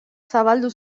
zabaldu